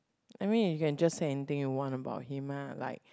I mean you can just say anything you want about him ah like